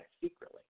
secretly